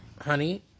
honey